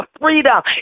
freedom